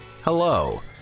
Hello